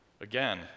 Again